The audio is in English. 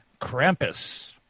Krampus